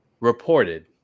reported